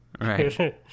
Right